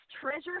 treasure